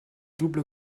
double